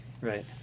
Right